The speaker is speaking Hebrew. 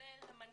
כולל המנכ"ל.